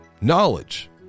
knowledge